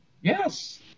Yes